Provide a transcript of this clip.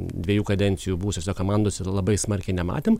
dviejų kadencijų buvusiose komandose ir labai smarkiai nematėm